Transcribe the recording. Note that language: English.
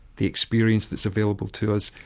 the experience that's available to us,